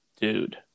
dude